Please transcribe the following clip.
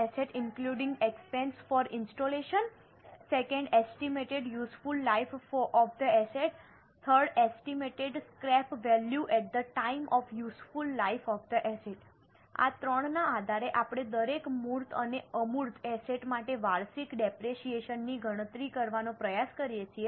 આ ત્રણના આધારે આપણે દરેક મૂર્ત અને અમૂર્ત એસેટ માટે વાર્ષિક ડેપરેશીયેશન ની ગણતરી કરવાનો પ્રયાસ કરીએ છીએ